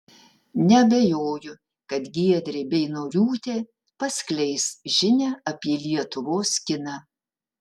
neabejoju kad giedrė beinoriūtė paskleis žinią apie lietuvos kiną